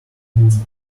indeed